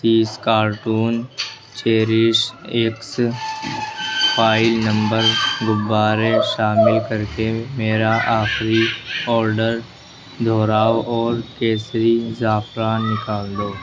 تیس کارٹون چیریش X file number غبارے شامل کر کے میرا آخری آرڈر دوہراؤ اور کیسری زعفران نکال دو